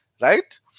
right